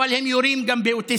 אבל הם יורים גם באוטיסטים.